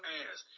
ass